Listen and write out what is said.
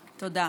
תודה.